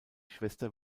schwester